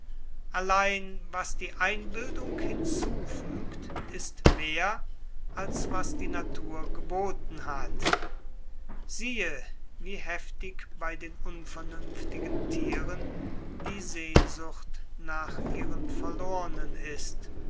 allein was die einbildung hinzufügt ist mehr als was die natur geboten hat siehe wie heftig bei den unvernünftigen thieren die sehnsucht nach ihren verlornen ist